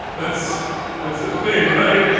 that's that's the thing, right?